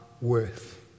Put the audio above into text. worth